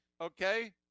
Okay